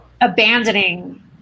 abandoning